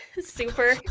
super